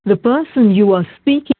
the person you are speaking